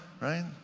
right